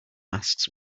masks